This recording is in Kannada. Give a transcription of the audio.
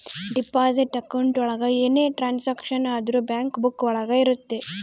ಡೆಪಾಸಿಟ್ ಅಕೌಂಟ್ ಒಳಗ ಏನೇ ಟ್ರಾನ್ಸಾಕ್ಷನ್ ಆದ್ರೂ ಬ್ಯಾಂಕ್ ಬುಕ್ಕ ಒಳಗ ಇರುತ್ತೆ